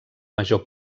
major